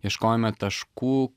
ieškojome taškų